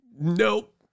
Nope